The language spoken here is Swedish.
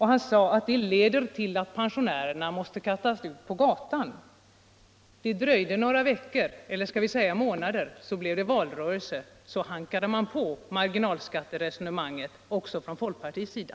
Han sade att det leder till att pensionärerna måste kastas ut på gatan. Efter några månader blev - det valrörelse, och då hakade man på marginalskatteresonemanget även från folkpartiets sida.